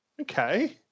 Okay